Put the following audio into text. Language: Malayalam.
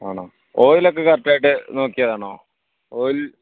ആണോ ഓയിലൊക്കെ കറക്റ്റായിട്ട് നോക്കിയതാണോ ഓയിൽ